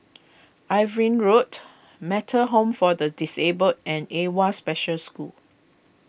Irving Road Metta Home for the Disabled and Awwa Special School